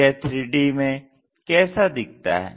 यह 3D में कैसा दिखता है